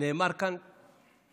נאמר כאן "טרוריסט"?